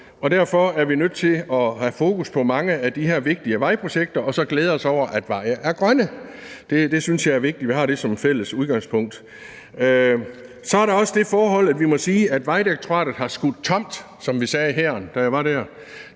derfor er vi nødt til at have fokus på mange af de her vigtige vejprojekter og så glæde os over, at veje er grønne. Jeg synes, det er vigtigt, at vi har det som et fælles udgangspunkt. Så er der også det forhold, at vi må sige, at Vejdirektoratet har skudt tomt, som vi sagde i hæren, da jeg var der,